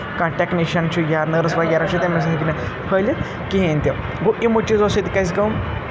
کانٛہہ ٹیٚکنیٖشَن چھُ یا نٔرس وغیرہ چھِ تٔمِس ہیٚکہِ نہٕ پھٲلِتھ کِہیٖنۍ تہِ گوٚو یِموٕے چیٖزو سۭتۍ گژھِ کٲم